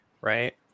right